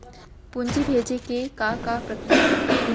पूंजी भेजे के का प्रक्रिया हे?